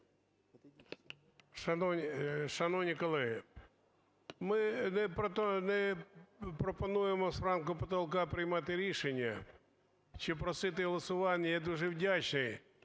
Шановні колеги, ми не пропонуємо з потолка приймати рішення чи просити голосування, я дуже вдячний.